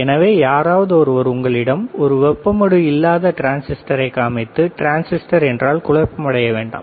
எனவே யாராவது ஒருவர் உங்களிடம் ஒரு வெப்ப மடு இல்லாத டிரான்சிஸ்டரை காண்பித்து டிரான்சிஸ்டர் என்றால் குழப்பமடைய வேண்டாம்